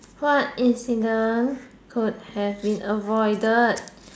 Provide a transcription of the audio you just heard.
what incident could have been avoided